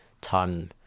time